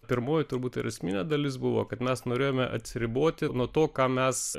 pirmoji turbūt ir esminė dalis buvo kad mes norėjome atsiriboti nuo to ką mes